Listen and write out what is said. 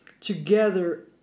together